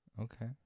okay